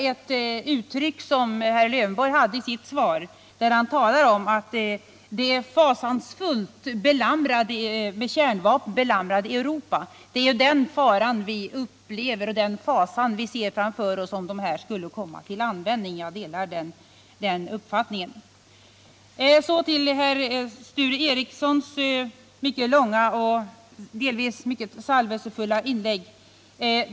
Alf Lövenborg talade i sitt inlägg om ”det med kärnvapen fasansfullt belamrade Europa”. Det är den faran vi upplever och den fasan vi ser framför oss: att de skulle komma till användning. Jag delar den uppfattningen. Så till herr Sture Ericsons mycket långa och delvis mycket salvelsefulla inlägg.